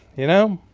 you know,